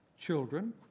children